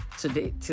today